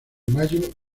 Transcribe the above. mayo